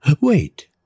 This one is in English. Wait